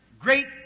great